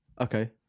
Okay